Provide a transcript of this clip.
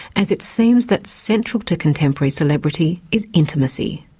as it seems that central to contemporary celebrity is intimacy,